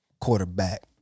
quarterback